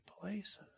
places